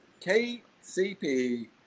KCP